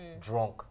drunk